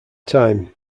time